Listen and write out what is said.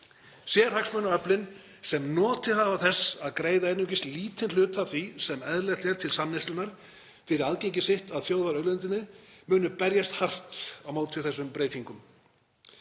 Sérhagsmunaöflin sem notið hafa þess að greiða einungis lítinn hluta af því sem eðlilegt er til samneyslunnar fyrir aðgengi sitt að þjóðarauðlindinni munu berjast hart á móti þessum breytingum.